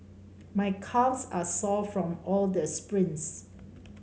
my calves are sore from all the sprints